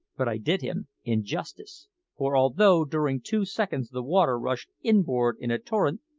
but i did him injustice for although during two seconds the water rushed inboard in a torrent,